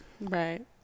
Right